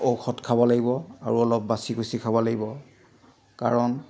ঔষধ খাব লাগিব আৰু অলপ বাচি কুচি খাব লাগিব কাৰণ